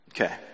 Okay